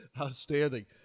Outstanding